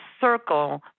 circle